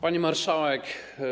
Pani Marszałek!